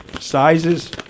sizes